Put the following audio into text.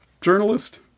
journalist